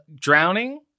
drowning